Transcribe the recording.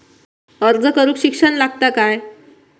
अर्ज करूक शिक्षण लागता काय?